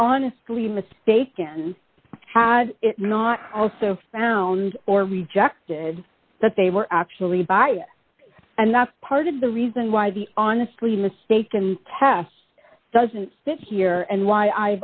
honestly mistaken had it not also found or rejected that they were actually biased and that's part of the reason why the honestly mistaken test doesn't fit here and why